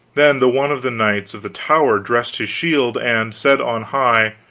then the one of the knights of the tower dressed his shield, and said on high,